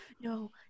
no